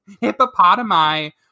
hippopotami